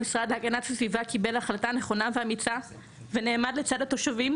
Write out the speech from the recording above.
המשרד להגנת הסביבה קיבל החלטה נכונה ואמיצה ונעמד לצד התושבים,